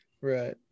Right